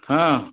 ହଁ